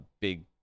big